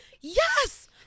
Yes